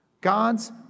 God's